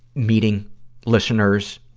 meeting listeners,